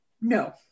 No